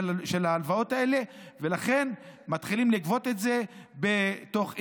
ההלוואות האלה ולכן מתחילים לגבות את זה תוך איומים,